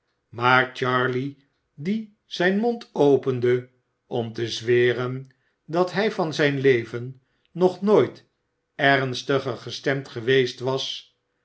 maar charley die zijn mond opende om te zweren dat hij van zijn leven nog nooit ernstiger gestemd geweest was